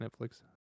Netflix